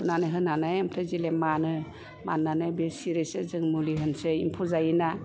थुनानै होनानै जेला मानो माननानै बे सिरिसे जों मुलि होनोसै एम्फौ जायोना